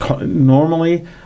normally